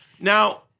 Now